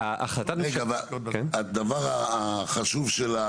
והדבר החשוב,